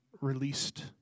released